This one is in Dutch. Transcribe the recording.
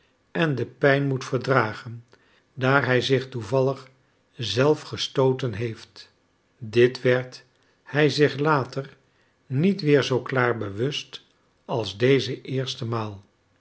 en de pijn moet verdragen daar hij zich toevallig zelf gestooten heeft dit werd hij zich later niet weer zoo klaar bewust als deze eerste maal